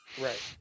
right